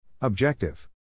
Objective